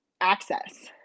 access